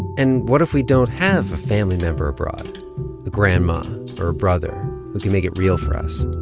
and what if we don't have a family member abroad a grandma or a brother who can make it real for us?